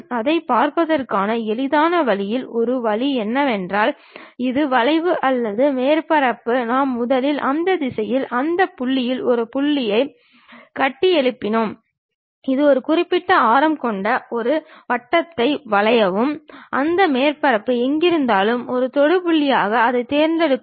அதைப் பார்ப்பதற்கான எளிதான வழியின் ஒரு வழி என்னவென்றால் இது வளைவு அல்லது மேற்பரப்புதான் நாம் முதலில் அந்த திசையில் அந்த புள்ளியில் ஒரு புள்ளியைக் கட்டியெழுப்பினோம் ஒரு குறிப்பிட்ட ஆரம் கொண்ட ஒரு வட்டத்தை வரையவும் அந்த மேற்பரப்பு எங்கிருந்தாலும் ஒரு தொடு புள்ளியாக அதைத் தேர்ந்தெடுங்கள்